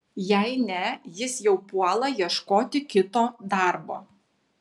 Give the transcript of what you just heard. jei ne jis jau puola ieškoti kito darbo